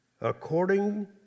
according